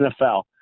NFL